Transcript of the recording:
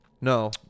No